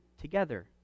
together